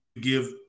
give